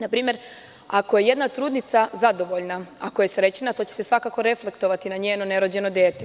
Na primer ako je jedna trudnica zadovoljna ako je srećna to će se svakako reflektovati na njeno nerođeno dete.